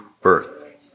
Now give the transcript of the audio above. birth